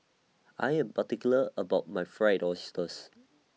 I Am particular about My Fried Oysters